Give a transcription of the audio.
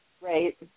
Right